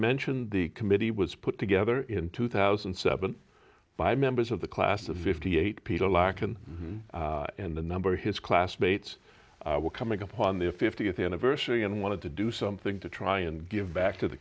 mentioned the committee was put together in two thousand and seven by members of the class of fifty eight peter lachlan and the number his classmates were coming up on the fiftieth anniversary and wanted to do something to try and give back to the